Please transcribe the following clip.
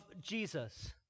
Jesus